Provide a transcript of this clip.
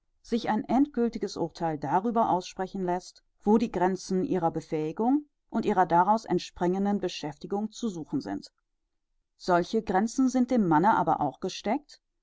sich ein endgültiges urtheil darüber aussprechen läßt wo die grenzen ihrer befähigung und ihrer daraus entspringenden beschäftigung zu suchen sind solche grenzen sind dem manne aber auch gesteckt